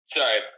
Sorry